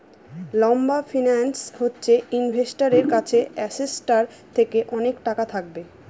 লম্বা ফিন্যান্স হচ্ছে ইনভেস্টারের কাছে অ্যাসেটটার থেকে অনেক টাকা থাকবে